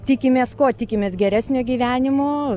tikimės ko tikimės geresnio gyvenimo